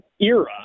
era